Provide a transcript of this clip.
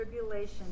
tribulation